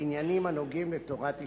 בעניינים הנוגעים בתורת ישראל.